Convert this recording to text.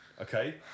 okay